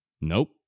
Nope